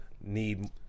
need